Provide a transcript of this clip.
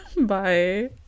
bye